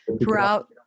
throughout